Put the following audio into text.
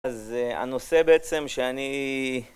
אז הנושא בעצם שאני